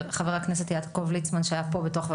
אנחנו תכף נציג פה את שינוי התקנות,